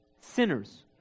sinners